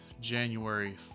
January